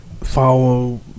follow